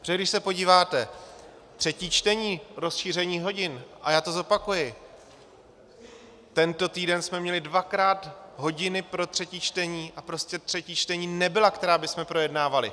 Protože když se podíváte, třetí čtení rozšíření hodin a já to zopakuji, tento týden jsme měli dvakrát hodiny pro třetí čtení a prostě třetí čtení nebyla, která bychom projednávali.